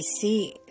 see